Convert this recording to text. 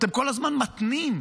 אתם כל הזמן מתנים,